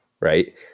right